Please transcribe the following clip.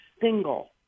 single